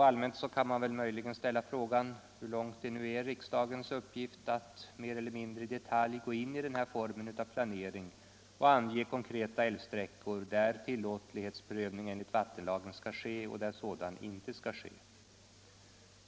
Allmänt kan man möjligen ställa frågan, hur långt det är riksdagens uppgift att mereller mindrei detalj gå in på den här formen av planering och ange konkreta älvsträckor där tillåtlighetsprövning enligt vattenlagen skall ske och där sådan inte skall ske.